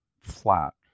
flat